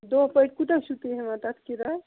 دۄہ پٲٹھی کوٗتاہ چھُو تُہۍ ہٮ۪وان تَتھ کِراے